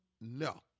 no